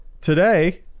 today